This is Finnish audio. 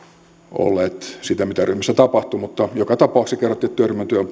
olleet sitä mitä ryhmässä tapahtui mutta joka tapauksessa kerrottiin että työryhmän työ